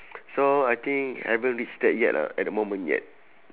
so I think haven't reach that yet lah at the moment yet